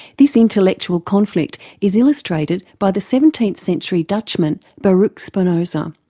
this intellectual conflict is illustrated by the seventeenth century dutchman baruch spinoza.